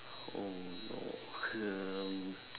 oh no um